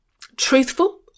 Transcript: truthful